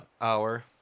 hour